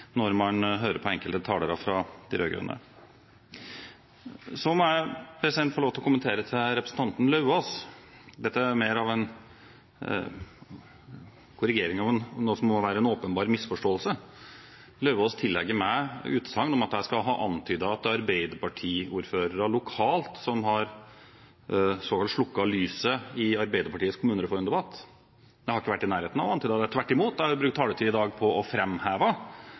når man hører på enkelte talere fra de rød-grønne. Så må jeg få lov til å gi en kommentar til representanten Lauvås – dette er mer en korrigering av noe som må være en åpenbar misforståelse. Lauvås tillegger meg utsagn – jeg skulle ha antydet at det er arbeiderpartiordførere lokalt som såkalt har slukket lyset i Arbeiderpartiets kommunereformdebatt. Jeg har ikke vært i nærheten av å antyde det. Tvert imot: Jeg har brukt taletid i dag på å